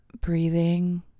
breathing